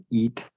eat